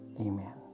Amen